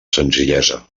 senzillesa